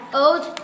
old